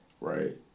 right